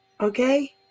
Okay